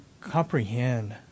comprehend